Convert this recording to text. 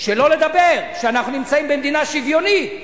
שלא לדבר על כך שאנחנו נמצאים במדינה שוויונית.